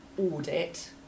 audit